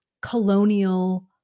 colonial